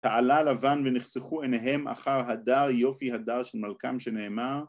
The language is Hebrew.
תעלה לבן ונחסכו עיניהם אחר הדר, יופי הדר של מלכם שנאמר